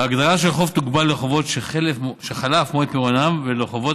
ההגדרה של חוב תוגבל לחובות שחלף מועד פירעונם ולחובות